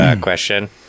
question